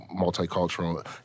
multicultural